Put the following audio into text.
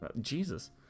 Jesus